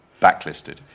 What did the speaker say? backlisted